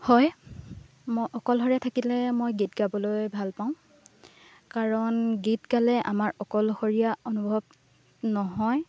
হয় মই অকলশৰে থাকিলে মই গীত গাবলৈ ভালপাওঁ কাৰণ গীত গালে আমাৰ অকলশৰীয়া অনুভৱ নহয়